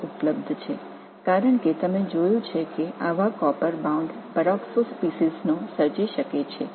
இதுபோன்ற காப்பர் முடிவில் பிணைக்கப்பட்டுள்ள பெராக்ஸோ இனங்களை சரியான முறையில் கொடுக்கின்றன